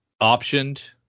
optioned